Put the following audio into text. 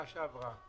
שעברה,